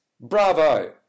Bravo